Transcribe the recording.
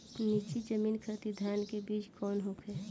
नीची जमीन खातिर धान के बीज कौन होखे?